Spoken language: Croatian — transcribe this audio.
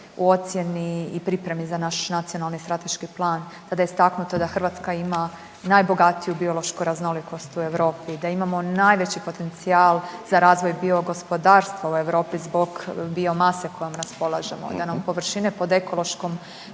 u ocjeni i pripremi za naš nacionalni strateški plan, kada je istaknuto da Hrvatska ima najbogatiju biološku raznolikost u Europi i da imamo najveći potencijal za razvoj biogospodarstva u Europi zbog biomase kojom raspolažemo, da nam površine pod ekološkom